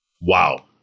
Wow